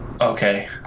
Okay